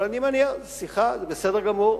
אבל שיחה זה בסדר גמור,